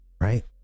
Right